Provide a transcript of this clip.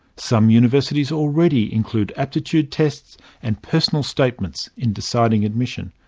some universities already include aptitude tests and personal statements in deciding admission.